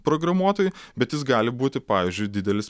programuotojui bet jis gali būti pavyzdžiui didelis